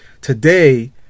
Today